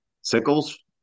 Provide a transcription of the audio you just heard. Sickles